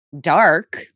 dark